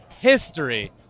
history